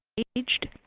aged,